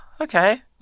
okay